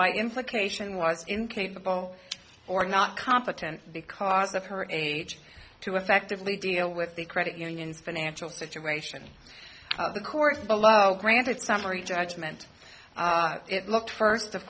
by implication was incapable or not competent because of her age to effectively deal with the credit unions financial situation the courts below granted summary judgment it looked first of